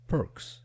Perks